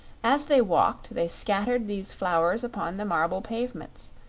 as they walked they scattered these flowers upon the marble pavements,